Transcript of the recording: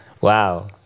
Wow